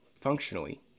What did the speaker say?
functionally